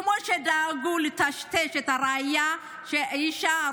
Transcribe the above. כמו שדאגו לטשטש את הראיה שהאישה,